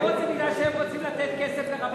אגרות זה מפני שהם רוצים לתת כסף לרבנים,